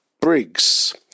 Briggs